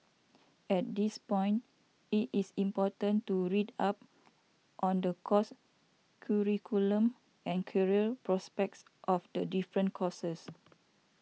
at this point it is important to read up on the course curriculum and career prospects of the different courses